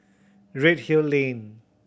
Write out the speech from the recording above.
Redhill Lane